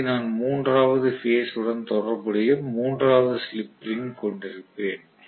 இங்கு நான் மூன்றாவது பேஸ் உடன் தொடர்புடைய மூன்றாவது ஸ்லிப் ரிங் கொண்டிருப்பேன்